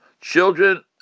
children